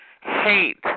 hate